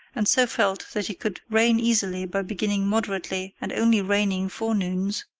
and so felt that he could reign easily by beginning moderately and only reigning forenoons,